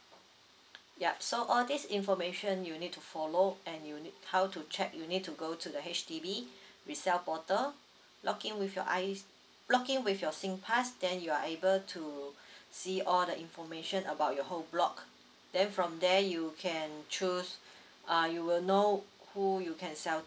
yup so all this information you need to follow and you need how to check you need to go to the H_D_B resell portal log in with your I_C log in with your singpass then you are able to see all the information about your whole block then from there you can choose uh you will know who you can sell